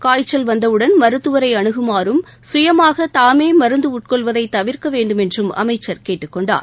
காய்ச்சல் வந்தவுடன் மருத்துவரை அனுகுமாறும் சுயமாக தாமே மருந்து உட்கொள்வதை தவிர்க்க வேண்டுமென்றும் அமைச்சர் கேட்டுக் கொண்டார்